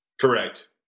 Correct